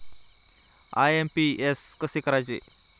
IMPS कसे करतात?